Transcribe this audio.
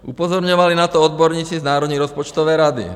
Upozorňovali na to odborníci z Národní rozpočtové rady.